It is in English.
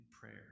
prayer